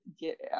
get